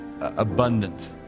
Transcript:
abundant